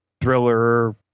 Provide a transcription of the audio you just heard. thriller